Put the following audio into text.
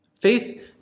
Faith